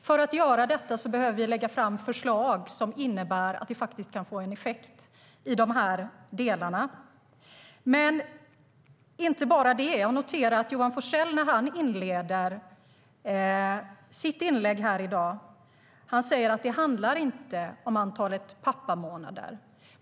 För att göra det behöver vi lägga fram förslag som faktiskt kan få effekt. Det handlar dock inte bara om det. Jag noterar att Johan Forssell inleder sitt inlägg med att det inte handlar om antalet pappamånader.